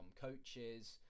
coaches